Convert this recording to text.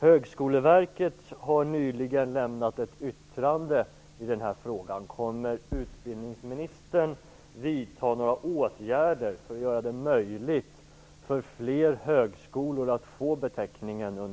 Högskoleverket har nyligen lämnat ett yttrande i frågan.